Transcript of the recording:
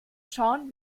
schauen